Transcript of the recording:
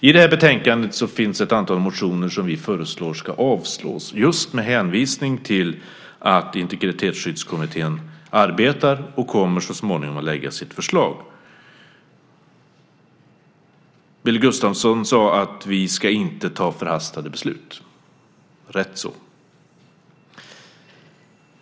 I det här betänkandet behandlas ett antal motioner som vi föreslår ska avslås just med hänvisning till att Integritetsskyddskommittén arbetar och så småningom kommer att lägga fram sitt förslag. Billy Gustafsson sade att vi inte ska ta förhastade beslut - rätt så.